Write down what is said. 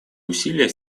усилия